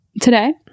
today